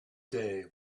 day